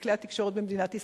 לכלי התקשורת במדינת ישראל.